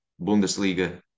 Bundesliga